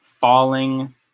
falling